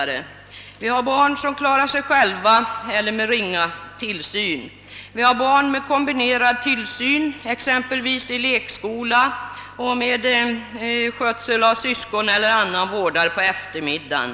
Det finns barn som klarar sig själva eller med ringa tillsyn, och det finns barn med kombinerad tillsyn, exempelvis i lekskola och med skötsel av syskon eller annan vårdare på eftermiddagarna.